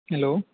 hello